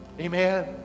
Amen